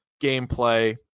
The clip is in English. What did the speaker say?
gameplay